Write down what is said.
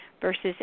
versus